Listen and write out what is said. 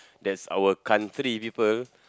that's our country people